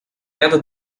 ряда